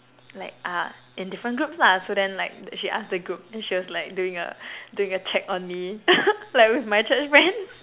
like are in different groups lah so then like she asked the group then she was like doing a doing a check on me like with my church friends